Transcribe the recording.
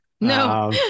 No